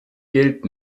gilt